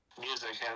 music